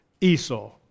Esau